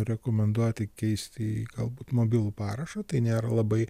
rekomenduoti keisti į galbūt mobilų parašą tai nėra labai